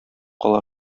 кала